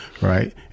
Right